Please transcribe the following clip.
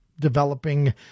developing